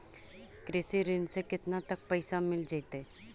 कृषि ऋण से केतना तक पैसा मिल जइतै?